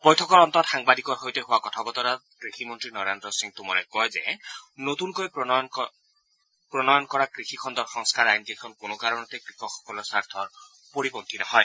বৈঠকৰ অন্তত সাংবাদিকৰ সৈতে হোৱা কথা বতৰাত কৃষিমন্ত্ৰী নৰেন্দ্ৰ সিং টোমৰে কয় যে নতুনকৈ প্ৰণয়ন কৰা কৃষি খণ্ডৰ সংস্কাৰ আইনকেইখন কোনো কাৰণতে কৃষকসকলৰ স্বাৰ্থৰ পৰিপন্থী নহয়